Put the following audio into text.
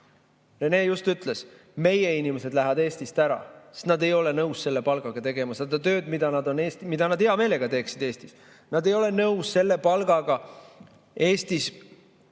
Rene just ütles, et meie inimesed lähevad Eestist ära, sest nad ei ole nõus selle palgaga tegema seda tööd, mida nad hea meelega teeksid Eestis, aga nad ei ole nõus selle palgaga Eestis